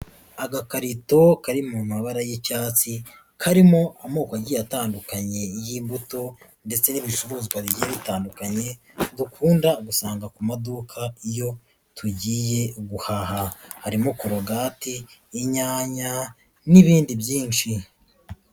Agakarito kari mu mabara y'icyatsi, karimo amoko agiye atandukanye y'imbuto ndetse n'ibicuruzwa bigiye bitandukanye, dukunda gusanga ku maduka iyo tugiye guhaha, harimo Korogate, inyanya n'ibindi byinshi.